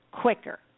quicker